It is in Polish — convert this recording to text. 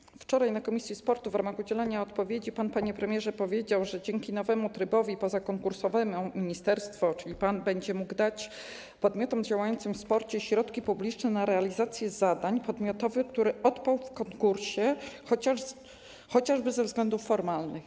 Wczoraj na posiedzeniu komisji sportu w ramach udzielania odpowiedzi pan, panie premierze, powiedział, że dzięki nowemu trybowi pozakonkursowemu ministerstwo, czyli pan będzie mógł dać podmiotom działającym w sporcie środki publiczne na realizację zadań podmiotowych, które odpadły w konkursie, chociażby ze względów formalnych.